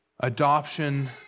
adoption